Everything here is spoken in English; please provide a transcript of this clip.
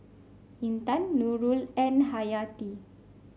Intan Nurul and Hayati